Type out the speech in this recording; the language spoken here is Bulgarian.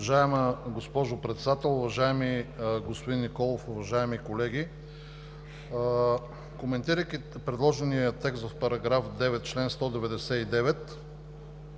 Уважаема госпожо Председател! Уважаеми господин Николов, уважаеми колеги! Коментирайки предложения текст в § 9, чл. 199